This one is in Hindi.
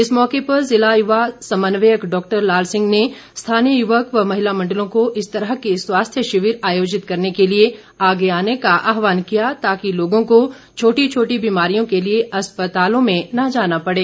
इस मौके पर जिला युवा समन्वयक डॉक्टर लाल सिंह ने स्थानीय युवक व महिला मण्डलों को इस तरह के स्वास्थ्य शिविर आयोजित करने के लिए आगे आने का आह्वान किया ताकि लोगों को छोटी छोटी बीमारियों के लिए अस्पतालों में न जाना पड़े